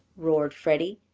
roared freddie,